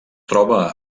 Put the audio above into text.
troba